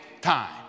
time